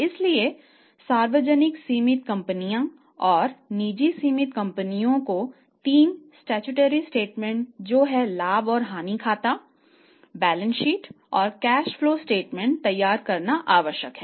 इसलिए सार्वजनिक तैयार करना आवश्यक है